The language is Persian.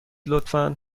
لطفا